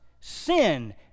sin